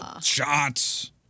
shots